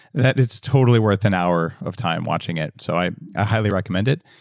that it's totally worth an hour of time watching it. so i ah highly recommend it,